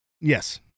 Yes